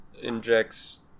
injects